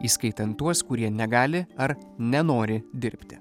įskaitant tuos kurie negali ar nenori dirbti